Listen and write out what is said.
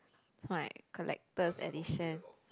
my collectors edition